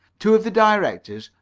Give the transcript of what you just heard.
two of the directors,